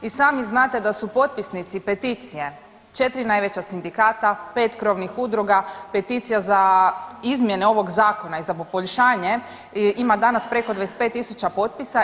I sami znate da su potpisnici peticije 4 najveća sindikata, 5 krovnih udruga, peticija za izmjene ovog zakona i za poboljšanje ima danas preko 25000 potpisa.